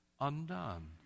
undone